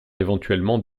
éventuellement